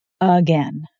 again